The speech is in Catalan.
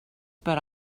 per